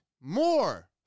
more